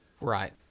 Right